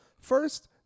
First